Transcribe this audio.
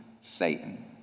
Satan